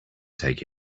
take